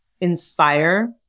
inspire